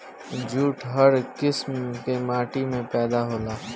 jute हर किसिम के माटी में पैदा होला